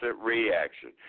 reaction